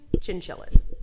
chinchillas